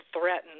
threatened